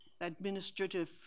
administrative